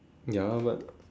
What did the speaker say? ya but